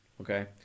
Okay